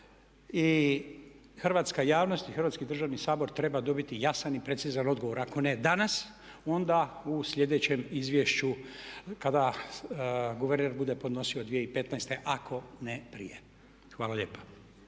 i hrvatska javnost i Hrvatski državni sabor treba dobiti jasan i precizan odgovor. Ako ne danas onda u sljedećem izvješću kada guverner bude podnosio 2015. ako ne prije. Hvala lijepa.